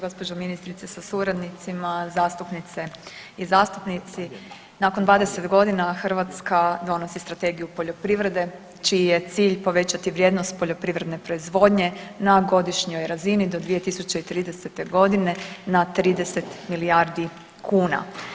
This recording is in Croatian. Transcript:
Gospođo ministrice sa suradnicima, zastupnice i zastupnici, nakon 20 godina Hrvatska donosi Strategiju poljoprivrede čiji je cilj povećati vrijednost poljoprivredne proizvodnje na godišnjoj razini do 2030. godine na 30 milijardi kuna.